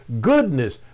goodness